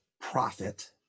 profit